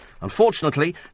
Unfortunately